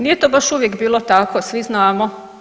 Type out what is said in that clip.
Nije to baš uvijek bilo tako, svi znamo.